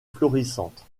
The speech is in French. florissantes